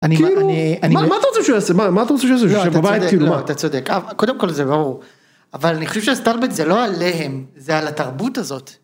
כאילו, מה אתה רוצה שהוא יעשה, שהוא ישב בבית? אתה צודק, אתה צודק, קודם כל זה ברור אבל אני חושב שהסתלבט זה לא עליהם, זה על התרבות הזאת.